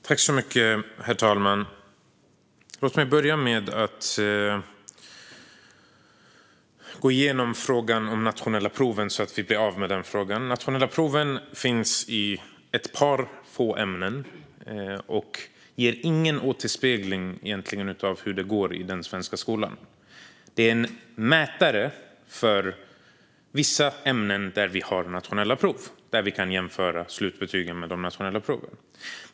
Herr talman! Låt mig börja med att gå igenom frågan om nationella prov så att vi blir av med den. Nationella prov finns i ett fåtal ämnen och ger egentligen ingen återspegling av hur det går i den svenska skolan. De är en mätare för vissa ämnen i vilka vi har nationella prov. Där kan vi jämföra slutbetygen med det nationella provet.